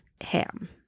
ham